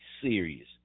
serious